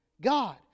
god